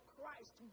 Christ